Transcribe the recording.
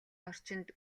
орчинд